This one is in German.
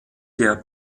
der